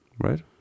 Right